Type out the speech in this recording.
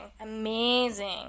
amazing